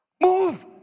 move